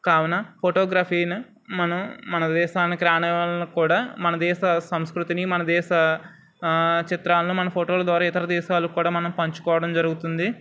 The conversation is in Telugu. కావున ఫోటోగ్రఫీని మనం మన దేశానికి రాని వాళ్ళను కూడా మన దేశ సంస్కృతిని మన దేశ చిత్రాలను మన ఫోటోల ద్వారా ఇతర దేశాలు కూడా మనం పంచుకోవడం జరుగుతుంది